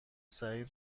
صحیح